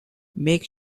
make